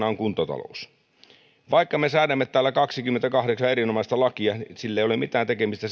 on kuntatalous vaikka me säädämme täällä kaksikymmentäkahdeksan erinomaista lakia niillä ei ole mitään tekemistä